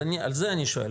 אז על זה אני שואל.